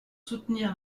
soutenir